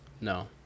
No